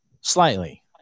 Slightly